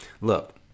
look